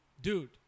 Dude